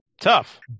tough